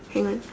hang on